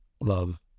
love